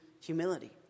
humility